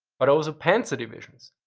but also panzer divisions.